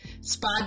Spa